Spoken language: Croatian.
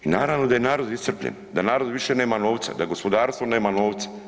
I naravno da je narod iscrpljen, da narod više nema novca, da gospodarstvo nema novca.